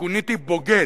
כוניתי "בוגד"